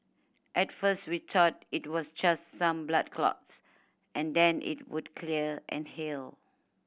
at first we thought it was just some blood clots and then it would clear and heal